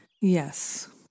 Yes